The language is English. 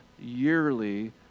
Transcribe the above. yearly